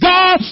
God